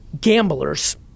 gamblers